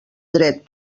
dret